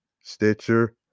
Stitcher